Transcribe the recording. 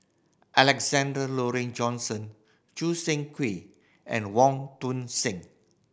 Alexander Laurie Johnston Choo Seng Quee and Wong Tuang Seng